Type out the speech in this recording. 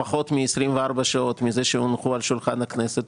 פחות מ-24 שעות מאז הונחו על שולחן הכנסת,